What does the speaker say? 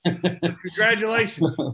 congratulations